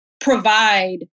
provide